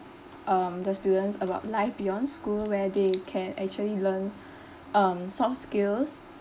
um the students about life beyond school where they can actually learn um soft skills